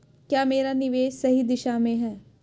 क्या मेरा निवेश सही दिशा में है?